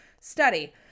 study